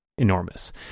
enormous